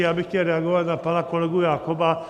Já bych chtěl reagovat na pana kolegu Jakoba .